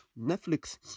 Netflix